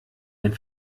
ein